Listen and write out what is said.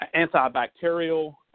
antibacterial